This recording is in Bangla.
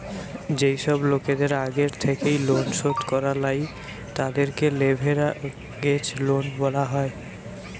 যেই সব লোকদের আগের থেকেই লোন শোধ করা লাই, তাদেরকে লেভেরাগেজ লোন বলা হয়